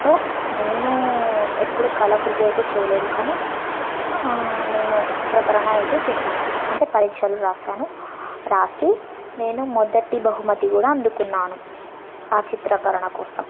so నేను ఎప్పుడు కళాకృతి అయితే చేయలేదు కానీ నేను చిత్రీకరణ అయితే చేశాను అంటే పరీక్షలు రాశాను రాసి నేను మొదటి బహుమతి కూడా అందుకున్నాను ఆ చిత్రీకరణ కోసం